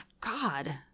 God